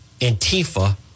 Antifa